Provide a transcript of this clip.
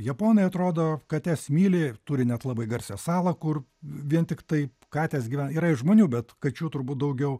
japonai atrodo kates myli turi net labai garsią salą kur vien tiktai katės gyvena yra ir žmonių bet kačių turbūt daugiau